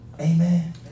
Amen